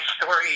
story